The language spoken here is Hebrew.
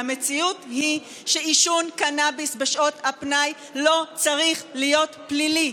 והמציאות היא שעישון קנביס בשעות הפנאי לא צריך להיות פלילי.